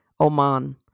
Oman